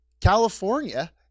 California